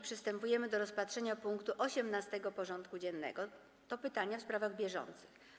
Przystępujemy do rozpatrzenia punktu 18. porządku dziennego: Pytania w sprawach bieżących.